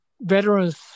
veterans